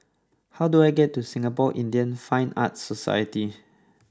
how do I get to Singapore Indian Fine Arts Society